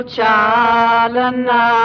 Chalana